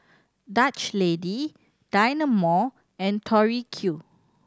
Dutch Lady Dynamo and Tori Q